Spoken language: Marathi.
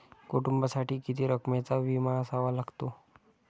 कुटुंबासाठी किती रकमेचा विमा असावा लागतो?